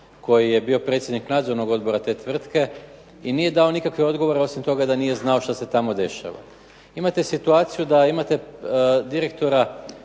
koji je bio predsjednik nadzornog odbora te tvrtke i nije dao nikakve odgovore osim toga da nije znao što se tamo dešava. Imate situaciju da imate direktora